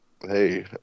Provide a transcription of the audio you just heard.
Hey